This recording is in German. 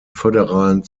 föderalen